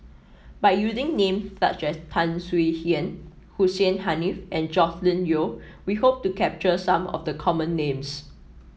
by using name such as Tan Swie Hian Hussein Haniff and Joscelin Yeo we hope to capture some of the common names